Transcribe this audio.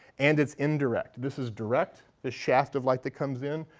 and it's indirect. this is direct, this shaft of light that comes in.